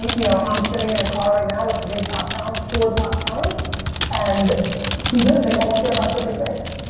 you know i'm sitting in a car right now with three top talents, four top talents and the truth is they all care about different things.